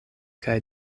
kaj